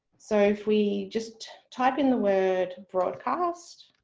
so if we just type in the word broadcast.